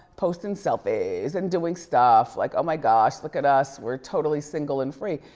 posting selfies and doing stuff, like oh my gosh, look at us, we're totally single and free.